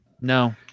no